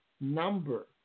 number